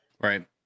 Right